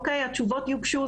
התשובות יוגשו,